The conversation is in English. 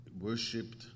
worshipped